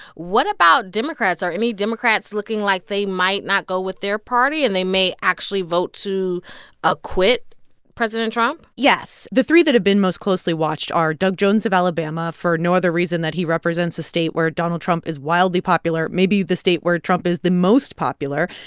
what about democrats? are any democrats looking like they might not go with their party and they may actually vote to acquit president trump? yes. the three that have been most closely watched are doug jones of alabama for no other reason that he represents a state where donald trump is wildly popular maybe the state where trump is the most popular.